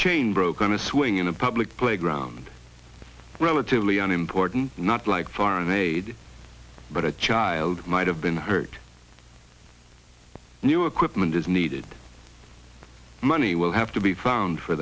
chain broke on a swing in a public playground relatively unimportant not like foreign aid but a child might have been hurt new equipment is needed money will have to be found for